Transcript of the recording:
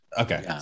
Okay